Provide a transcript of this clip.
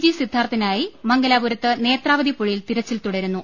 G സിദ്ധാർത്ഥിനായി മംഗലാപുരത്ത് നേത്രാവതി പുഴ യിൽ തിരച്ചിൽ തുടരുന്നു